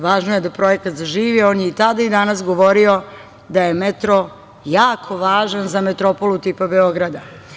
Važno je da projekat zaživi, a on je i tada, a i danas govorio da je metro jako važan za metropolu tipa Beograda.